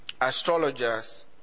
astrologers